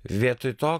vietoj to